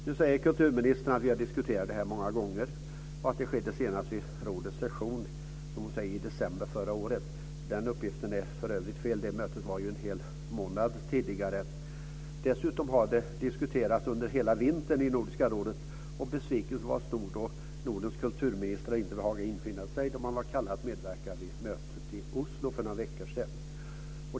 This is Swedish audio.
Nu säger kulturministern att vi har diskuterat det här många gånger och att det senast skedde vid rådets session i december förra året. Den uppgiften är för övrigt fel. Det mötet var en hel månad tidigare. Dessutom har det diskuterats under hela vintern i Nordiska rådet, och besvikelsen var stor när Nordens kulturministrar inte behagade infinna sig då man var kallad att medverka i mötet i Oslo för några veckor sedan.